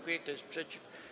Kto jest przeciw?